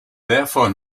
therefore